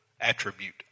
attribute